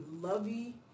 lovey